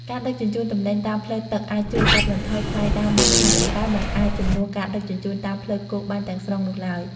ការដឹកជញ្ជូនទំនិញតាមផ្លូវទឹកអាចជួយកាត់បន្ថយថ្លៃដើមបានខ្លះ ប៉ុន្តែមិនអាចជំនួសការដឹកជញ្ជូនតាមផ្លូវគោកបានទាំងស្រុងនោះឡើយ។